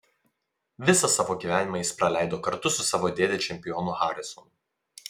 visą savo gyvenimą jis praleido kartu su savo dėde čempionu harisonu